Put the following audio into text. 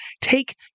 take